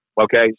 Okay